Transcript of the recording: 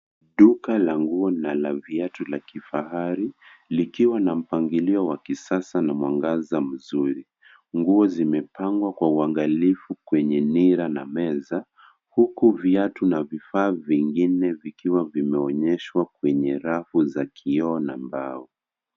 Duka la nguo na la viatu la kifahari likiwa na mpangilio wa kisasa na mwangaza mzuri. Nguo zimepangwa kwa uangalifu kwenye nira na meza huku viatu na vifaa vingine vikiwa vimeonyeshwa kwenye rafu za kioo na mbao.